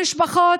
המשפחות,